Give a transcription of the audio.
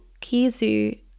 Kizu